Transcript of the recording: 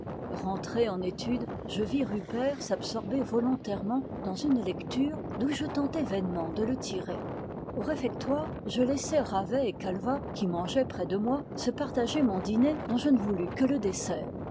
rentré en étude je vis rupert s'absorber volontairement dans une lecture d'où je tentai vainement de le tirer au réfectoire je laissai ravet et calvat qui mangeaient près de moi se partager mon dîner dont je ne voulus que le dessert